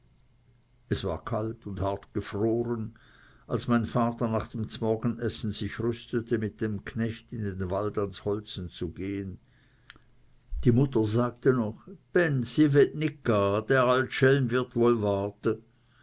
es war kalt und hartgefroren als mein vater nach dem z'morgenessen sich rüstete mit dem knecht in den wald ans holzen zu gehen die mutter sagte noch benz i wett nit ga dä alt schelm wird wohl warte